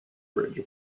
bridge